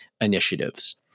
initiatives